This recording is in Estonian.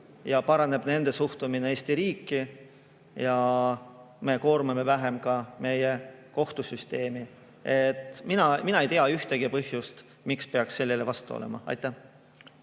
ja paraneb nende suhtumine Eesti riiki, ka koormame me vähem meie kohtusüsteemi. Mina ei tea ühtegi põhjust, miks peaks sellele vastu olema. Aitäh,